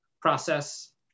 process